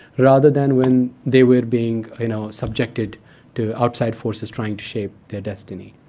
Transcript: rather than when they were being you know subjected to outside forces trying to shape their destiny.